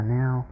now